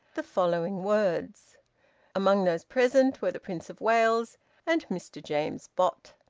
the following words among those present were the prince of wales and mr james bott.